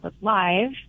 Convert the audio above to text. Live